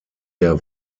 der